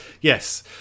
yes